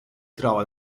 trova